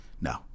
no